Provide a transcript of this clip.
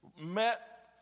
met